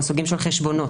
או סוגים של חשבונות.